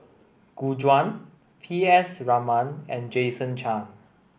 Gu Juan P S Raman and Jason Chan